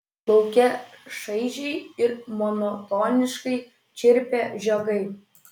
lauke šaižiai ir monotoniškai čirpė žiogai